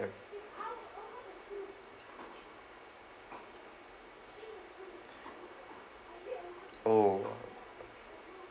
oh